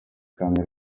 kandi